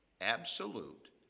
absolute